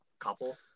couple